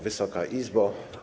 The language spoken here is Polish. Wysoka Izbo!